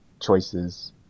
choices